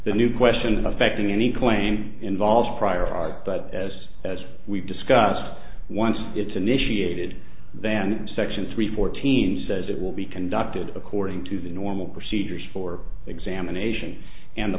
the new question affecting any claim involves prior art but as as we've discussed once it's initiated then section three fourteen says it will be conducted according to the normal procedures for examination and the